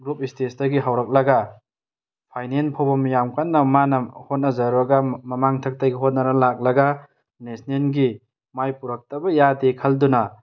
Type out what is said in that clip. group ꯁ꯭ꯇꯦꯖꯇꯒꯤ ꯍꯧꯔꯛꯂꯒ ꯐꯥꯏꯅꯦꯟ ꯐꯥꯎꯕ ꯌꯥꯝ ꯀꯟꯅ ꯃꯥꯅ ꯍꯣꯠꯅꯖꯔꯨꯔꯒ ꯃꯃꯥꯡ ꯊꯛꯇꯒꯤ ꯍꯣꯠꯅꯔ ꯂꯥꯛꯂꯒ ꯅꯦꯁꯅꯦꯜꯒꯤ ꯃꯥꯏ ꯄꯨꯔꯛꯇꯕ ꯌꯥꯗꯦ ꯈꯟꯗꯨꯅ